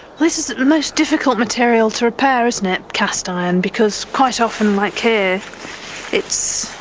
this is the most difficult material to repair, isn't it, cast iron, because quite often, like here it's.